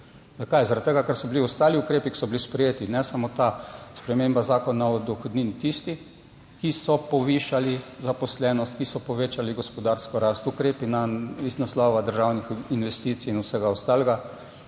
Zakaj? Zaradi tega, ker so bili ostali ukrepi, ki so bili sprejeti, ne samo ta sprememba Zakona o dohodnini, tisti, ki so povišali zaposlenost, ki so povečali gospodarsko rast, ukrepi iz naslova državnih investicij in vsega ostalega,